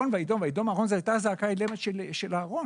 ויידום אהרון, זו הייתה זעקה אילמת של אהרון.